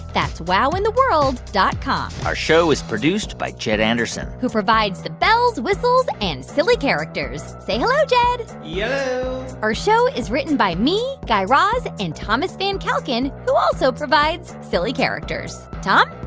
that's wowintheworld dot com our show is produced by jed anderson. who provides the bells, whistles and silly characters. say hello, jed yello yeah our show is written by me, guy raz and thomas van kalken, who also provides silly characters. tom?